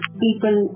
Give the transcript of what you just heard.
people